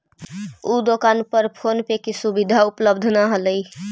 उ दोकान पर फोन पे के सुविधा उपलब्ध न हलई